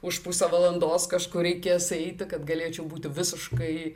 už pusę valandos kažkur reikės eiti kad galėčiau būti visiškai